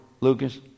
Lucas